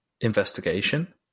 investigation